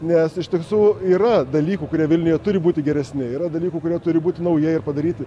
nes iš tiesų yra dalykų kurie vilniuje turi būti geresni yra dalykų kurie turi būti naujai ir padaryti